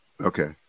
Okay